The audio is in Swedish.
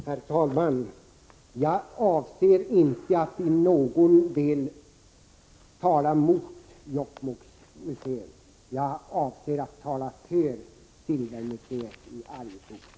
Herr talman! Jag avser inte att i någon del tala mot Jokkmokksmuseet, utan för Silvermuseet i Arjeplog.